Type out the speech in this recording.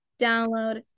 download